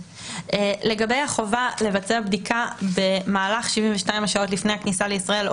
לגבי החובה לבצע בדיקה במהלך 72 השעות לפני הכניסה לישראל,